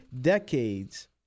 decades